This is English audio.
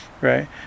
Right